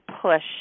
push